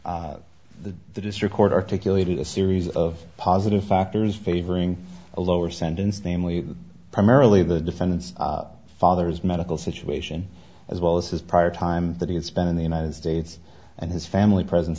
the the district court articulated a series of positive factors favoring a lower sentence namely primarily the defendant's father's medical situation as well as his prior time that he has been in the united states and his family presence